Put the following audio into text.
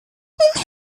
asking